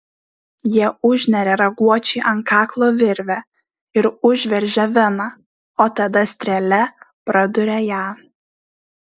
jie užneria raguočiui ant kaklo virvę ir užveržia veną o tada strėle praduria ją